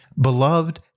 Beloved